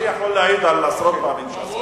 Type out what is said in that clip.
אני יכול להעיד על עשרות פעמים שעשית.